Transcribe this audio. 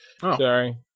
Sorry